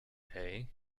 day